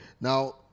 Now